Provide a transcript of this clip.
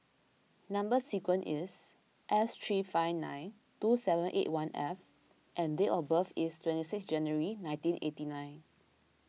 Number Sequence is S three five nine two seven eight one F and date of birth is twenty six January nineteen eighty nine